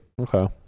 Okay